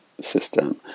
system